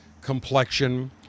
complexion